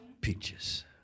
Peaches